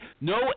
No